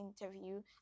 interview